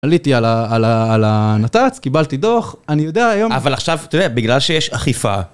עליתי על הנת"צ, קיבלתי דוח, אני יודע היום... אבל עכשיו, תראה, בגלל שיש אכיפה